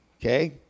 okay